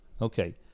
Okay